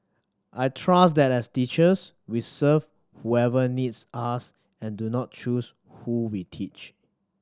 I trust that as teachers we serve whoever needs us and do not choose who we teach